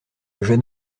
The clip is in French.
jeune